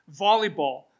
volleyball